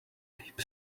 deep